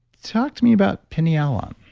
talk to me about pinealon